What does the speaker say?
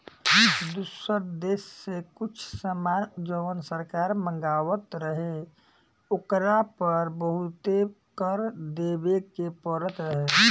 दुसर देश से कुछ सामान जवन सरकार मँगवात रहे ओकरा पर बहुते कर देबे के परत रहे